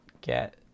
get